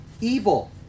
evil